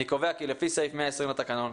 אני קובע כי לפי סעיף 120 לתקנון,